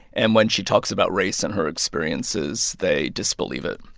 and when she talks about race and her experiences, they disbelieve it.